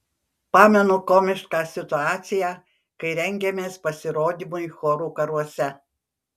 pamenu komišką situaciją kai rengėmės pasirodymui chorų karuose